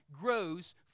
grows